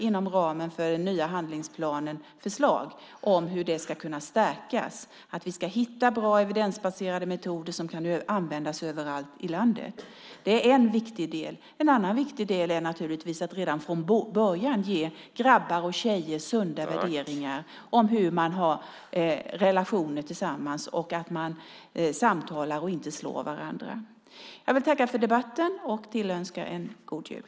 Inom ramen för den nya handlingsplanen finns det förslag om hur detta ska kunna stärkas. Vi ska hitta bra evidensbaserade metoder som kan användas överallt i landet. Det är en viktig del. En annan viktig del är att redan från början ge grabbar och tjejer sunda värderingar om hur man har relationer med varandra och att man samtalar och inte slår varandra. Jag vill tacka för debatten och tillönska en god jul.